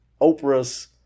Oprah's